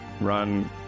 run